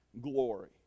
glory